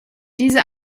diese